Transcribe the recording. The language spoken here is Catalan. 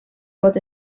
pot